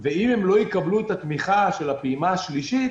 במרץ-אפריל ואם הם לא יקבלו את התמיכה של הפעימה השלישית